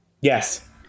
Yes